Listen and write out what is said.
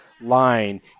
line